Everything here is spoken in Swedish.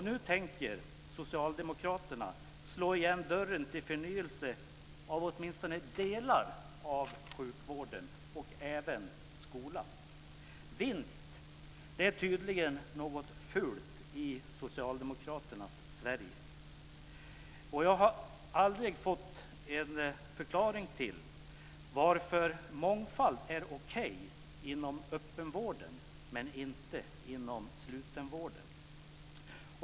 Nu tänker socialdemokraterna slå igen dörren till förnyelse av åtminstone delar av sjukvården och även skolan. Vinst är tydligen något fult i socialdemokraternas Sverige. Jag har aldrig fått en förklaring till varför mångfald är okej inom öppenvården men inte inom slutenvården.